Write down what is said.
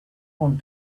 want